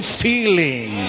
feeling